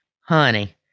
Honey